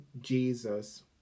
Jesus